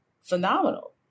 phenomenal